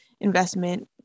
investment